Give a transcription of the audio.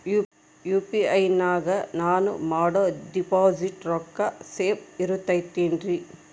UPI ನಾಗ ನಾನು ಮಾಡೋ ಡಿಪಾಸಿಟ್ ರೊಕ್ಕ ಸೇಫ್ ಇರುತೈತೇನ್ರಿ?